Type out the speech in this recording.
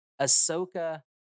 Ahsoka